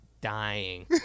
dying